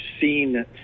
seen